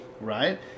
Right